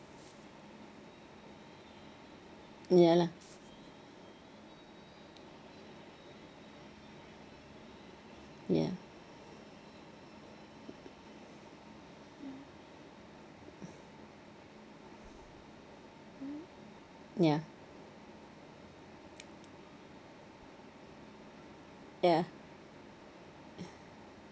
ya lah ya ya ya